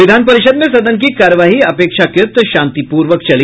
विधान परिषद् में सदन की कार्यवाही अपेक्षाकृत शांतिपूर्वक चली